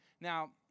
Now